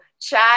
chat